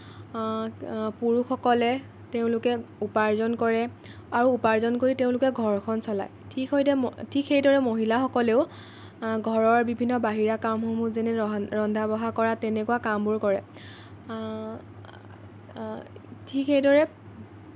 পুৰুষসকলে তেওঁলোকে উপাৰ্জন কৰে আৰু উপাৰ্জন কৰি তেওঁলোকে ঘৰখন চলায় ঠিক সেইতে ঠিক সেইদৰে মহিলাসকলেও ঘৰৰ বিভিন্ন বাহিৰা কামসমূহ যেনে ৰন্ধ ৰন্ধা বঢ়া কৰা তেনেকুৱা কামবোৰ কৰে ঠিক সেইদৰে